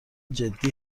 جدی